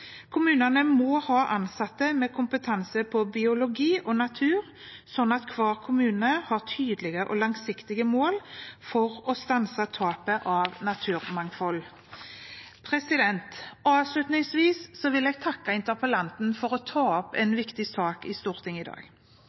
kommunene. Kommunene må ha ansatte med kompetanse på biologi og natur, slik at hver kommune har tydelige og langsiktige mål for å stanse tapet av naturmangfold. Avslutningsvis vil jeg takke interpellanten for å ta opp en viktig sak i Stortinget i dag.